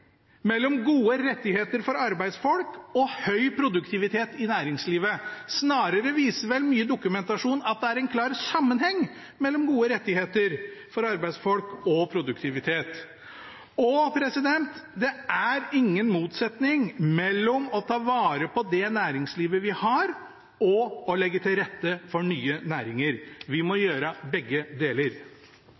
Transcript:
mellom gode rettigheter for arbeidsfolk og høy produktivitet i næringslivet. Snarere viser vel mye dokumentasjon at det er en klar sammenheng mellom gode rettigheter for arbeidsfolk og produktivitet. Det er ingen motsetning mellom å ta vare på det næringslivet vi har, og å legge til rette for nye næringer. Vi må gjøre begge deler.